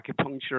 acupuncture